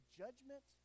judgment